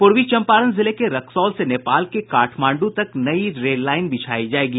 पूर्वी चंपारण जिले के रक्सौल से नेपाल के काठमांडू तक नई रेल लाईन बिछायी जायेगी